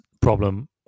problem